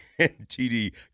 TD